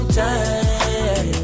time